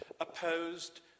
opposed